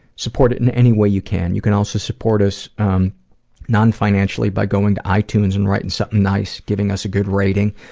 support it in any way you can. you can also support us non-financially by going to itunes and writing something nice, giving us a good rating.